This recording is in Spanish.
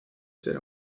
ser